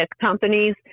companies